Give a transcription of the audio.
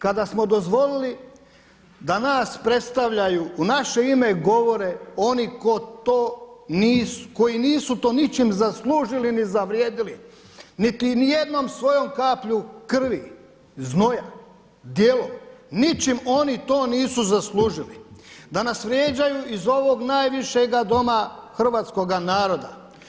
Kada smo dozvolili da nas predstavljaju, u naše ime govore oni koji to nisu, koji nisu to ničim zaslužili ni zavrijedili, niti ni jednom svojom kaplju krvi, znoja, djelom, ničim oni to nisu zaslužili da nas vrijeđaju iz ovog najvišega Doma, hrvatskoga naroda.